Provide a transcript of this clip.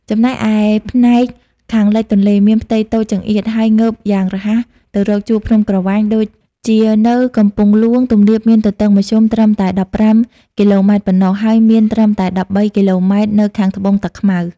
ចំណែកឯផ្នែកខាងលិចទន្លេ មានផ្ទៃតូចចង្អៀត ហើយងើបយ៉ាងរហ័សទៅរកជួរភ្នំក្រវាញ ដូចជានៅកំពង់ហ្លួង ទំនាបមានទទឹងមធ្យមត្រឹមតែ ១៥ គីឡូម៉ែត្រប៉ុណ្ណោះ ហើយមានត្រឹមតែ ១៣ គីឡូម៉ែត្រនៅខាងត្បូងតាខ្មៅ។